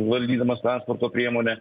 valdydamas transporto priemonę